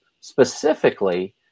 specifically